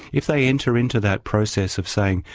if they enter into that process of saying,